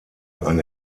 ein